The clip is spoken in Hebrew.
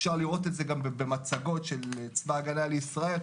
אפשר לראות את זה גם במצגות של צבא הגנה לישראל.